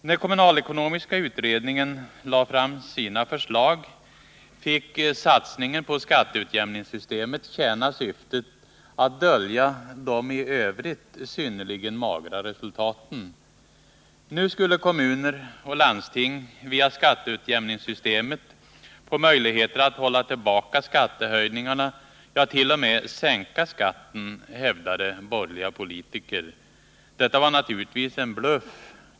När kommunalekonomiska utredningen lade fram sina förslag fick satsningen på skatteutjämningssystemet tjäna syftet att dölja de i övrigt synnerligen magra resultaten. Nu skulle kommuner och landsting via skatteutjämningssystemet få möjligheter att hålla tillbaka skattehöjningarna, ja, t.o.m. sänka skatten, hävdade borgerliga politiker. Detta var naturligtvis en bluff.